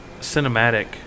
cinematic